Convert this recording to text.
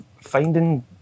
finding